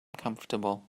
comfortable